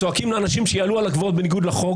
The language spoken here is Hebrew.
צועקים לאנשים שיעלו על הגבעות בניגוד לחוק,